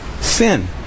Sin